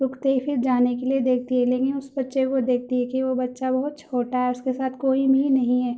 رکتے ہی پھر جانے کے لیے دیکھتی ہے لیکن اس بچے کو دیکھتی ہے کہ وہ بچّہ بہت چھوٹا ہے اس کے ساتھ کوئی بھی نہیں ہے